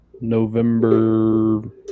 November